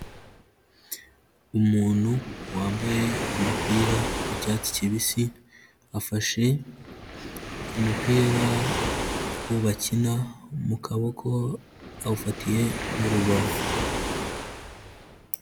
Umuntu wambaye umupira w'icyatsi kibisi afashe umupira bakina mu kaboko awufatiye mu rubavu.